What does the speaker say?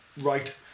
right